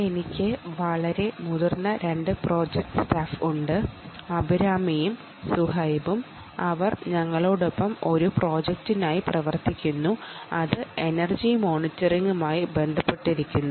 എനിക്ക് ഇവിടെ സീനിയർ ആയുളള രണ്ട് പ്രോജക്ട് സ്റ്റാഫുകൾ ഉണ്ട് അഭിരാമിയും സുഹൈബും അവർ ഞങ്ങളോടൊപ്പം ഒരു പ്രോജക്റ്റിനായി പ്രവർത്തിക്കുന്നു അത് എനർജി മോണിറ്ററിംഗുമായി ബന്ധപ്പെട്ടതാണ്